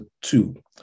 two